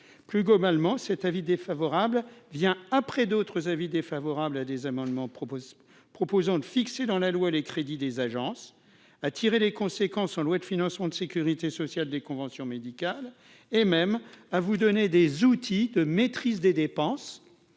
plus globalement cet avis défavorable vient après d'autres avis défavorable à des amendements proposent proposant de fixer dans la loi les crédits des agences à tirer les conséquences en loi de financement de sécurité sociale des conventions médicales et même à vous donner des outils. De maîtrise des dépenses